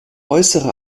äußere